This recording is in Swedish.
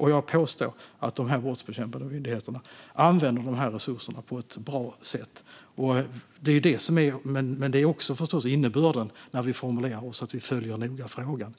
Och jag påstår att de brottsbekämpande myndigheterna använder resurserna på ett bra sätt. Men det är förstås också innebörden när vi formulerar oss, det vill säga att vi följer frågan